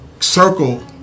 circle